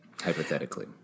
hypothetically